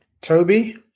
Toby